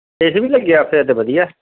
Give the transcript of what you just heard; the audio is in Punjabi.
ਏ ਸੀ ਵੀ ਲੱਗਿਆ ਉੱਥੇ ਫਿਰ ਤਾਂ ਵਧੀਆ